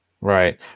right